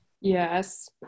Yes